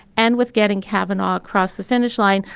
and with getting cavin ah across the finish line,